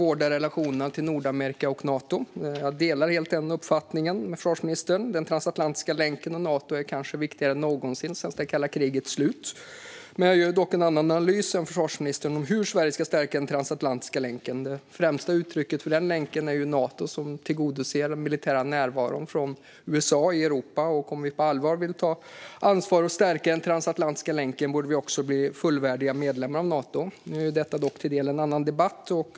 vårda relationen med Nordamerika" och Nato. Jag delar helt den uppfattningen från försvarsministern. Den transatlantiska länken och Nato är kanske viktigare än någonsin sedan det kalla krigets slut. Jag gör dock en annan analys än försvarsministern av hur Sverige ska stärka den transatlantiska länken. Det främsta uttrycket för den länken är ju Nato, som tillgodoser den militära närvaron från USA i Europa. Om vi på allvar vill ta ansvar och stärka den transatlantiska länken borde vi bli fullvärdiga medlemmar av Nato. Nu är detta dock till del en annan debatt.